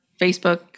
Facebook